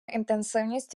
інтенсивність